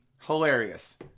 hilarious